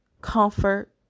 comfort